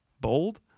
Bold